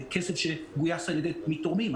זה כסף שגויס מתורמים.